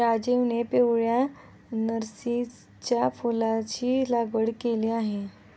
राजीवने पिवळ्या नर्गिसच्या फुलाची लागवड केली आहे